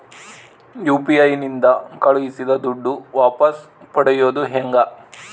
UPI ನಿಂದ ಕಳುಹಿಸಿದ ದುಡ್ಡು ವಾಪಸ್ ಪಡೆಯೋದು ಹೆಂಗ?